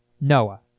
Noah